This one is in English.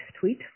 tweet